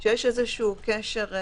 כשיש איזשהו קשר,